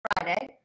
Friday